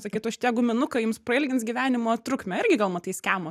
sakytų šitie guminuką jums prailgins gyvenimo trukmę irgi gal matai skemo